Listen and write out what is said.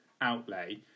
outlay